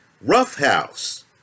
roughhouse